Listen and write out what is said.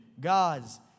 God's